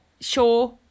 sure